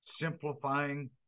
Simplifying